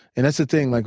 and that's the thing. like